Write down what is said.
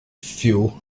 fuel